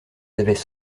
avaient